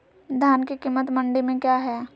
धान के कीमत मंडी में क्या है?